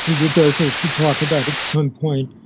roberto should talk about at some point,